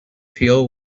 peel